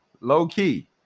Low-key